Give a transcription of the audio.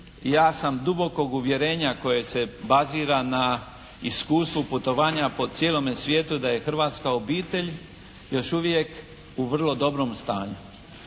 ja sam dubokog uvjerenja koje se bazira na iskustvu putovanja po cijelome svijetu da je hrvatska obitelj još uvijek u vrlo dobrom stanju.